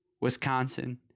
Wisconsin